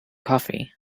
coffee